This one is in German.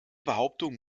behauptung